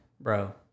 Bro